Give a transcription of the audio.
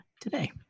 today